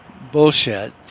bullshit